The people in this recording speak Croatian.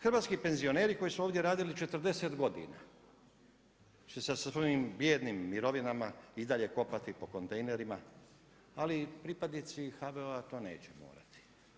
Hrvatski penzioneri koji su ovdje radili 40 godina će sa svojim bijednim mirovinama i dalje kopati po kontejnerima, ali pripadnici HVO-a to neće morati.